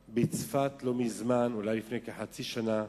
בצפת, לא מזמן, אולי לפני כחצי שנה,